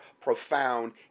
profound